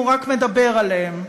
הוא רק מדבר עליהם,